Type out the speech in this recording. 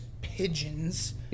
pigeons